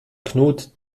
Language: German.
knut